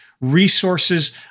resources